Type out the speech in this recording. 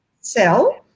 sell